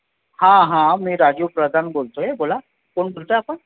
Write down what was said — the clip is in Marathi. हां हां मी राजू प्रधान बोलतो आहे बोला कोण बोलताय आपण